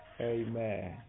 amen